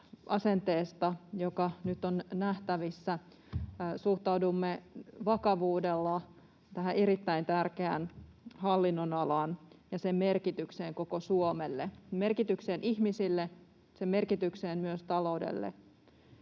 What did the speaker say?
asenteesta, joka nyt on nähtävissä. Suhtaudumme vakavuudella tähän erittäin tärkeään hallinnonalaan ja sen merkitykseen koko Suomelle, sen merkitykseen ihmisille, sen merkitykseen myös taloudelle,